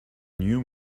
new